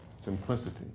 simplicity